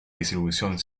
distribución